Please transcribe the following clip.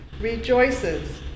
rejoices